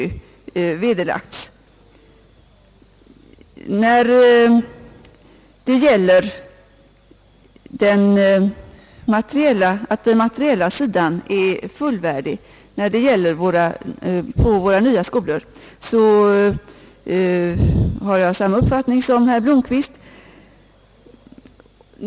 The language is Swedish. Den materiella sidan är fullvärdig på våra nya skolor, sade herr Blomquist, och på den punkten har jag samma uppfattning.